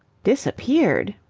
disappeared!